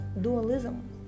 dualism